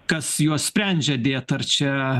kas juos sprendžia dėti ar čia